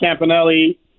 Campanelli